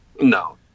No